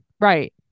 Right